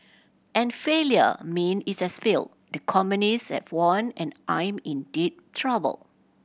and failure mean it has failed the communist have won and I'm in deep trouble